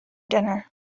dinner